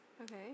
Okay